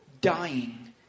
Dying